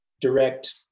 Direct